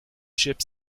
ships